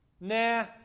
Nah